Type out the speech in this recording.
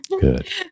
good